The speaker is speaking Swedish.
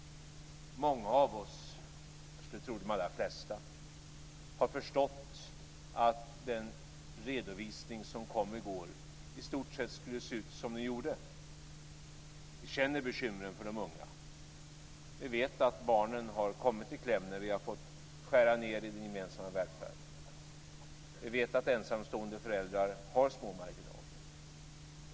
Många av oss - jag skulle tro de allra flesta - har förstått att den redovisning som kom i går i stort sett skulle se ut som den gjorde. Vi känner bekymren för de unga. Vi vet att barnen har kommit i kläm när vi fått skära ned i den gemensamma välfärden. Vi vet att ensamstående föräldrar har små marginaler.